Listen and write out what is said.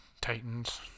Titans